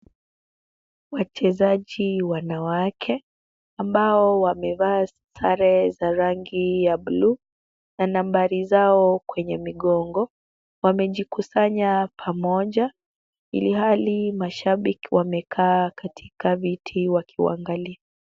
Wachezaji wanawake ambao wamevaa sare za rangi ya blue na nambari zao kwenye migongo. Wamejikusanya pamoja ilhali mashabiki wamekaa katika viti wakiwaangalia.